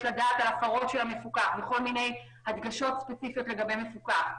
לדעת על הפרות של המפוקח וכל מיני הדגשות ספציפיות לגבי מפוקח.